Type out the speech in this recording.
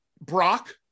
Brock